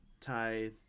tie